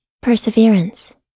Perseverance